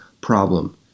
problem